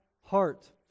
heart